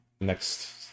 Next